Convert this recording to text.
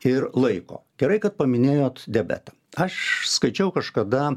ir laiko gerai kad paminėjot diabetą aš skaičiau kažkada